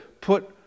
put